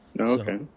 Okay